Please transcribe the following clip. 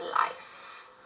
life